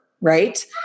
right